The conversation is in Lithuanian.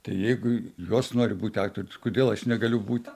tai jeigu jos nori būti aktorėm tai kodėl aš negaliu būt